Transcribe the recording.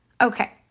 Okay